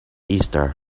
easter